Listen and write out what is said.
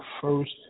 first